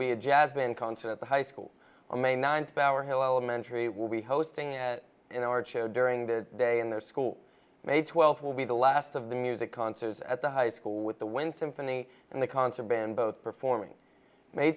be a jazz band concert at the high school on may ninth power hill elementary we hosting at an art show during the day in their school may twelfth will be the last of the music concerts at the high school with the wind symphony and the concert band both performing may